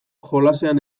jolasean